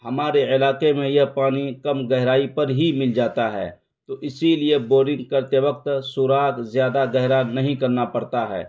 ہمارے علاقے میں یہ پانی کم گہرائی پر ہی مل جاتا ہے تو اسی لیے بورنگ کرتے وقت سوراخ زیادہ گہرا نہیں کرنا پڑتا ہے